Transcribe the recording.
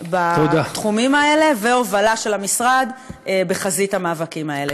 בתחומים האלה והובלה של המשרד בחזית המאבקים האלה.